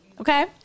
Okay